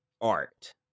art